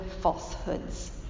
falsehoods